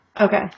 Okay